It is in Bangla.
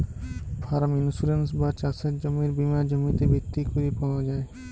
ফার্ম ইন্সুরেন্স বা চাসের জমির বীমা জমিতে ভিত্তি ক্যরে পাওয়া যায়